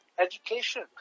Education